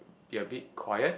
be a bit quiet